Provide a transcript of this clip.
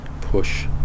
push